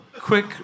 Quick